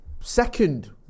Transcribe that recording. Second